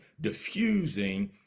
diffusing